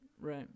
Right